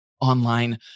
online